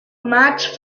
match